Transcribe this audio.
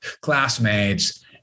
classmates